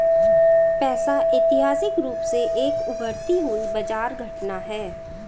पैसा ऐतिहासिक रूप से एक उभरती हुई बाजार घटना है